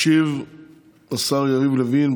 ישיב השר יריב לוין,